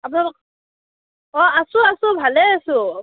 আপোনালোক অঁ আছোঁ আছোঁ ভালেই আছোঁ